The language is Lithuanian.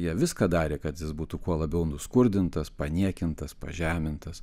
jie viską darė kad jis būtų kuo labiau nuskurdintas paniekintas pažemintas